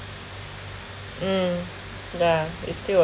mm yeah it's still